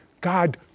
God